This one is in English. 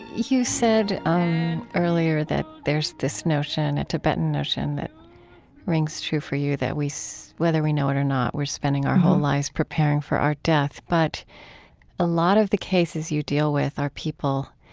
you said earlier that there's this notion, a tibetan notion, that rings true for you that, so whether we know it or not, we're spending our whole lives preparing for our death. but a lot of the cases you deal with are people